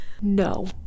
no